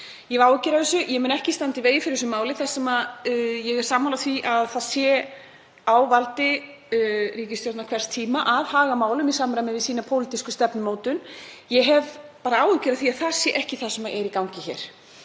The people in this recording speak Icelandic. Ég hef áhyggjur af þessu. Ég mun ekki standa í vegi fyrir þessu máli þar sem ég er sammála því að það sé á valdi ríkisstjórnar hvers tíma að haga málum í samræmi við sína pólitísku stefnumótun. Ég hef bara áhyggjur af því að það sé ekki það sem er í gangi hér.